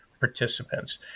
participants